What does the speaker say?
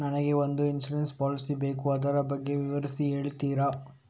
ನನಗೆ ಒಂದು insurance policy ಬೇಕು ಅದರ ಬಗ್ಗೆ ವಿವರಿಸಿ ಹೇಳುತ್ತೀರಾ?